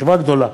חברה גדולה.